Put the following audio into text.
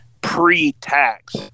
pre-tax